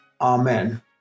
Amen